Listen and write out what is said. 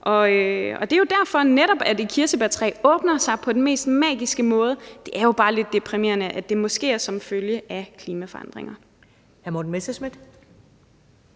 og det er jo netop derfor, at et kirsebærtræ åbner sig på den mest magiske måde. Det er jo bare lidt deprimerende, at det måske er som følge af klimaforandringer.